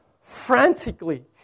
frantically